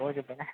जाबायना